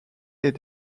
est